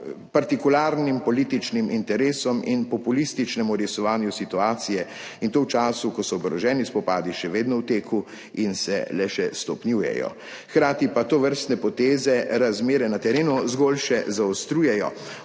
partikularnim političnim interesom in populističnemu orisovanju situacije, in to v času, ko so oboroženi spopadi še vedno v teku in se le še stopnjujejo, hkrati pa tovrstne poteze razmere na terenu zgolj še zaostrujejo,